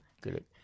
good